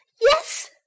Yes